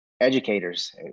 educators